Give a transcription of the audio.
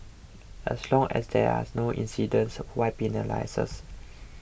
as long as there are no incident why penalise us